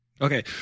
Okay